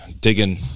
digging